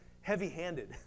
heavy-handed